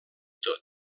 tot